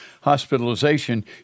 hospitalization